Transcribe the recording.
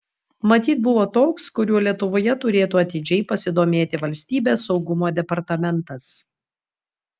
matyt buvo toks kuriuo lietuvoje turėtų atidžiai pasidomėti valstybės saugumo departamentas